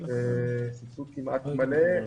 סבסוד כמעט מלא.